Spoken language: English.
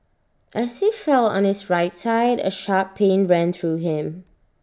as he fell on his right side A sharp pain ran through him